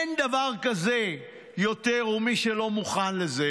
אין דבר כזה יותר, ומי שלא מוכן לזה,